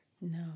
No